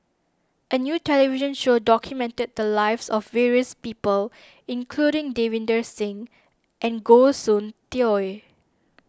a new television show documented the lives of various people including Davinder Singh and Goh Soon Tioe